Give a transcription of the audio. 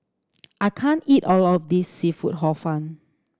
I can't eat all of this seafood Hor Fun